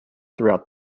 throughout